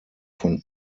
von